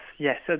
Yes